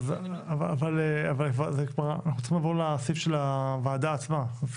אבל אנחנו צריכים לעבור לסעיף של הוועדה עצמה.